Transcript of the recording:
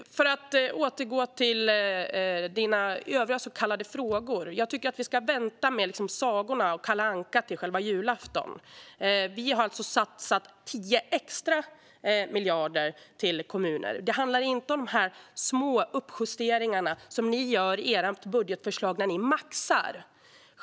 Låt mig återgå till dina övriga så kallade frågor, Jan Ericson. Jag tycker att vi ska vänta med sagorna och Kalle Anka till julafton. Vi har satsat 10 extra miljarder till kommunerna. Det handlar inte om sådana små uppjusteringar som ni gör i ert budgetförslag när ni maxar.